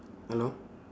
hello